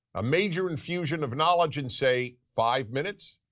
a major infusion of knowledge in, say, five minutes?